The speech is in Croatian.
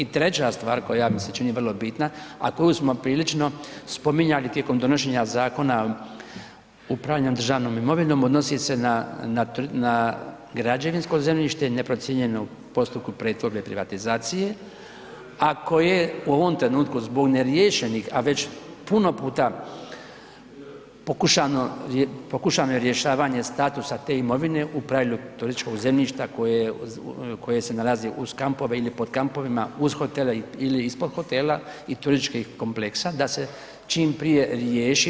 I treća stvar koja mi se čini vrlo bitna, a koju smo prilično spominjali tijekom donošenja Zakona upravljanja državnom imovinom, odnosi se na građevinsko zemljište neprocijenjeno u postupku pretvorbe i privatizacije, a koje u ovom trenutku zbog neriješenih, a već puno puta pokušano je rješavanje statusa te imovine u pravilu turističkog zemljišta koje se nalazi uz kampove ili pod kampovima, uz hotele ili ispod hotela i turističkih kompleksa da se čim prije riješi.